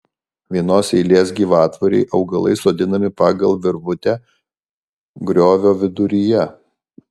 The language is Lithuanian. vienos eilės gyvatvorei augalai sodinami pagal virvutę griovio viduryje